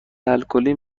الکلی